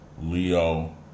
Leo